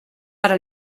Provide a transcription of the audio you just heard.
para